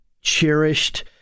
cherished